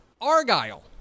Argyle